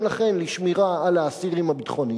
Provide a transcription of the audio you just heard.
לכן לשמירה על האסירים הביטחוניים,